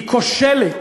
היא כושלת